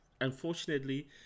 unfortunately